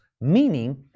meaning